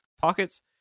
pockets